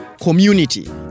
community